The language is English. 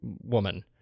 woman